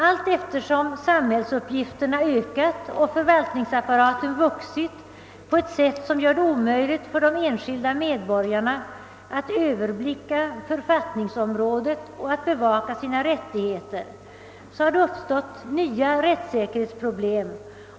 Allteftersom samhällsuppgifterna ökat och förvaltningsapparaten vuxit på ett sätt som gör det omöjligt för de enskilda medborgarna att överblicka författningsområdet och bevaka sina rättigheter har uppstått nya rättssäkerhetsproblem.